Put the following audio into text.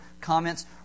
comments